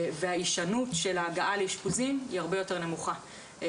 וההישנות של ההגעה לאשפוזים היא הרבה יותר נמוכה.